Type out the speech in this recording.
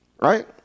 right